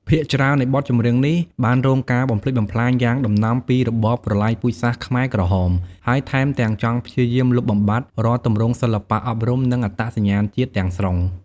ភាគច្រើននៃបទចម្រៀងនេះ បានរងការបំផ្លិចបំផ្លាញយ៉ាងដំណំពី របបប្រល័យពូជសាសន៍ខ្មែរក្រហម ហើយថែមទាំងចង់ព្យាយាមលុបបំបាត់រាល់ទម្រង់សិល្បៈ អប់រំ និងអត្តសញ្ញាណជាតិទាំងស្រុង។